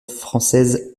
française